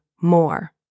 more